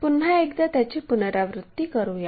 पुन्हा एकदा त्याची पुनरावृत्ती करूया